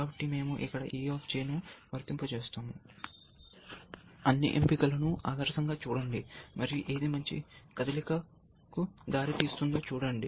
కాబట్టి మేము ఇక్కడ e ను వర్తింపజేస్తాము అన్ని ఎంపికలను ఆదర్శంగా చూడండి మరియు ఏది మంచి కదలికకు దారితీస్తుందో చూడండి